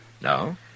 No